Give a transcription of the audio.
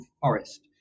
forest